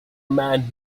man